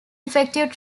effective